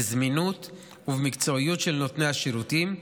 בזמינות ובמקצועיות של נותני השירותים,